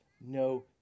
no